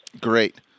Great